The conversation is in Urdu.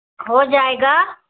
ہو جائے گا